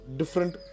different